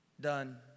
done